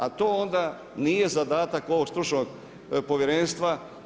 A to onda nije zadatak ovog stručnog povjerenstva.